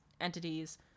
entities